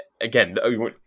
again